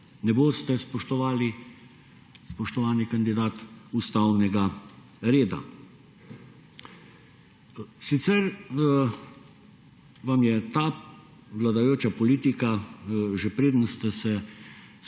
ne boste spoštovali, spoštovani kandidat, ustavnega reda. Sicer vam je ta vladajoča politika že preden ste se